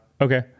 okay